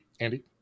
Andy